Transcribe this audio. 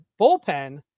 bullpen